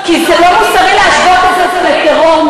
כי זה לא מוסרי להשוות את זה לטרור,